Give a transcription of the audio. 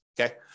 okay